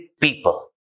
people